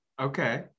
Okay